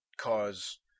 cause